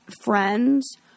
friends